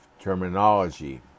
terminology